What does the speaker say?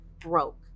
broke